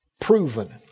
proven